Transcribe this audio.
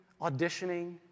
auditioning